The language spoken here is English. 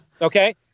Okay